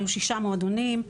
היו שישה מועדונים.